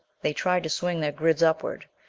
they tried to swing their grids upward,